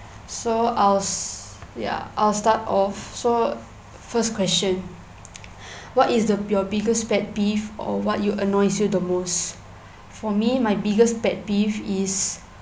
so I was ya I'll start off so first question what is the your biggest pet peeve or what you annoys you the most for me my biggest pet peeve is